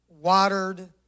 watered